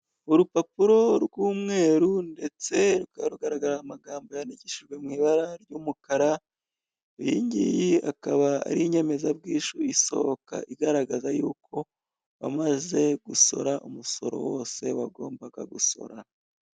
Urupapuro rw'umweru ndetse rukaba rugaragara mu magambo yandikishijwe mu ibara ry'umukara, iyi ngiyi ikaba ari inyemezabwishyu isohoka igaragaza yuko wamaze gusora umusoro wose wagombaga gusora.